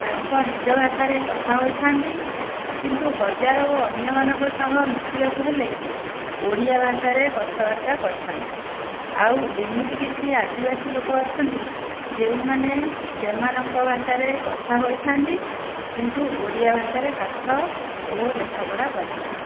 ତାଙ୍କ ନିଜ ଭାଷାରେ କଥା ହୋଇଥାନ୍ତି କିନ୍ତୁ ବଜାର ଓ ଅନ୍ୟମାନଙ୍କ ସହ ମିଶିବାକୁ ହେଲେ ଓଡ଼ିଆ ଭାଷାରେ କଥାବାର୍ତ୍ତା କରିଥାନ୍ତି ଆଉ ଏମିତି କିଛି ଆଦିବାସୀ ଲୋକ ଅଛନ୍ତି ଯେଉଁମାନେ ସେମାନଙ୍କ ଭାଷାରେ କଥା ହୋଇଥାନ୍ତି କିନ୍ତୁ ଓଡ଼ିଆ ଭାଷାରେ ପାଠ ଓ ଲେଖାପଢ଼ା କରିଥାନ୍ତି